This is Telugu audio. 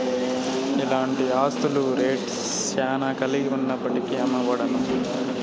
ఇలాంటి ఆస్తుల రేట్ శ్యానా కలిగి ఉన్నప్పటికీ అమ్మబడవు